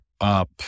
up